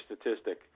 statistic